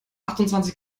achtundzwanzig